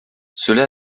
cela